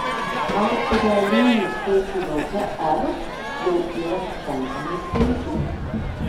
ar realiųjų skaičių lauke r jau yra pakankamai skaičių